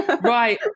Right